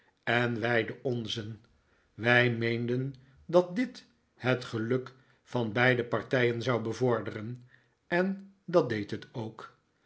en wij den onzen wij meenden dat dit het geluk van beide partijen zou bevorderen en dat deed het ook